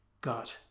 God